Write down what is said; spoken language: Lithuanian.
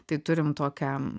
tai turim tokią